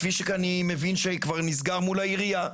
כפי שאני מבין שכבר נסגר מול העירייה,